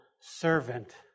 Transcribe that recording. servant